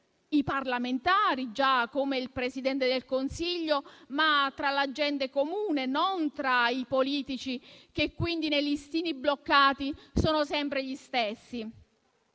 i parlamentari, come il Presidente del Consiglio, ma tra la gente comune, non tra i politici, che nei listini bloccati sono sempre gli stessi.